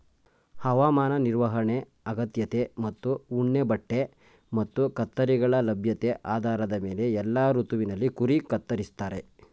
ಹವಾಮಾನ ನಿರ್ವಹಣೆ ಅಗತ್ಯತೆ ಮತ್ತು ಉಣ್ಣೆಬಟ್ಟೆ ಮತ್ತು ಕತ್ತರಿಗಳ ಲಭ್ಯತೆ ಆಧಾರದ ಮೇಲೆ ಎಲ್ಲಾ ಋತುವಲ್ಲಿ ಕುರಿ ಕತ್ತರಿಸ್ತಾರೆ